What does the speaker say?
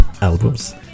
albums